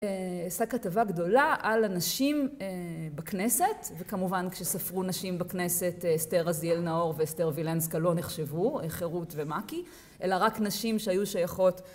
אעשה כתבה גדולה על הנשים בכנסת, וכמובן כשספרו נשים בכנסת אסתר רזיאל נאור ואסתר וילנסקה לא נחשבו, חירות ומק"י, אלא רק נשים שהיו שייכות